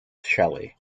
shelley